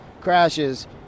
crashes